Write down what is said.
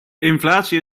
inflatie